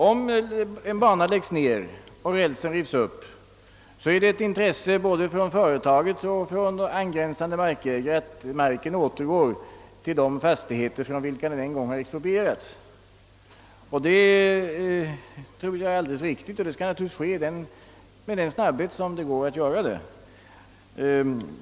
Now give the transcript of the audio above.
Om en bana läggs ned och rälsen rives upp, är det ett intresse både för företaget och berörda markägare att marken återgår till de fastigheter från vilka den en gång har exproprierats, och det skall naturligtvis ske med all den snabbhet som är möjlig.